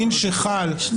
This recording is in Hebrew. מכיוון שאותו דין שחל אגב,